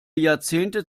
jahrzehnte